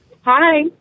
hi